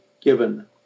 given